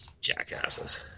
jackasses